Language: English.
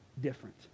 different